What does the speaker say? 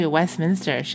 Westminster